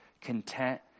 content